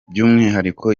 by’umwihariko